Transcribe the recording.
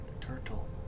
Turtle